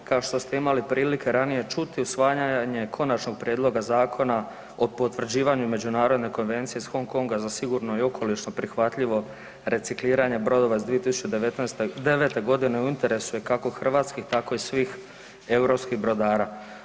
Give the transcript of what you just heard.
Kao što ste imali prilike ranije čuti, usvajanje Konačnog prijedloga zakona o potvrđivanju Međunarodne konvencije iz Hong Konga za sigurno i okolišno prihvatljivo recikliranje brodova iz 2009. godine je u interesu kako hrvatskih tako i svih europskih brodara.